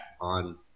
on